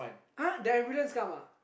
!huh! the ambulance come ah